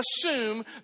assume